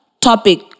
Topic